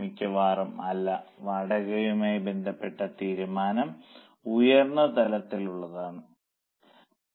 മിക്കവാറും അല്ല വാടകയുമായി ബന്ധപ്പെട്ട തീരുമാനം ഉയർന്ന തലത്തിൽ ഉള്ളവരാണ് എടുക്കുന്നത്